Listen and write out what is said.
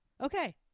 Okay